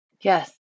Yes